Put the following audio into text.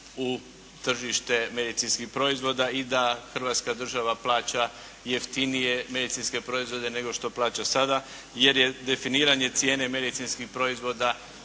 u tržište medicinskih proizvoda i da Hrvatska država plaća jeftinije medicinske proizvode nego što plaća sada jer je definiranje cijene medicinskih proizvoda